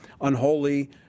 unholy